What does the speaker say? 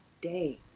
day